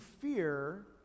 fear